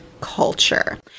culture